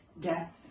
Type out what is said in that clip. death